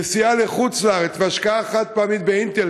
נסיעה לחוץ-לארץ והשקעה חד-פעמית ב"אינטל",